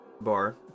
bar